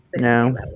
No